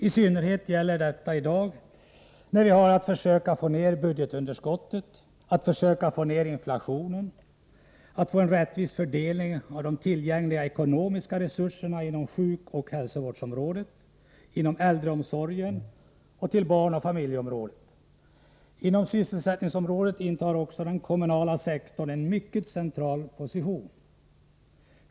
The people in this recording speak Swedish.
I synnerhet gäller detta i dag, när vi har att försöka få ned budgetunderskottet, att få ned inflationen, att få en rättvis fördelning av de tillgängliga ekonomiska resurserna inom sjukoch hälsovårdsområdet, inom äldreomsorgen och till barnoch familjeområdet. Även inom sysselsättningsområdet intar den kommunala sektorn en mycket central position.